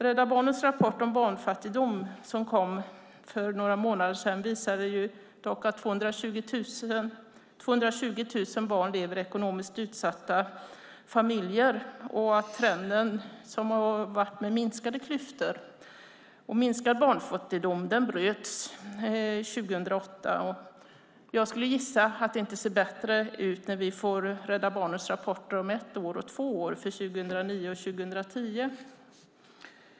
Rädda Barnens rapport om barnfattigdom, som kom för några månader sedan, visade dock att 220 000 barn lever i ekonomiskt utsatta familjer och att trenden som har varit med minskade klyftor och minskad barnfattigdom bröts 2008. Jag skulle gissa att det inte ser bättre ut när vi får Rädda Barnens rapporter om ett år och två år, för 2009 och 2010.